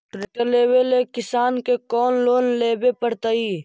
Tractor लेवेला किसान के कौन लोन लेवे पड़तई?